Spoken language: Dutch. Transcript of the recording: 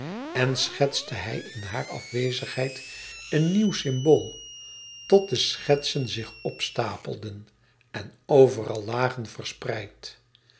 en schetste hij in hare afwezigheid een nieuw symbool tot de schetsen zich opstapelden en overal lagen verspreid